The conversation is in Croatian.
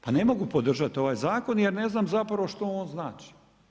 Pa ne mogu podržati ovaj zakon, jer ne znam zapravo što on znači.